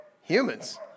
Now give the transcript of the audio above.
humans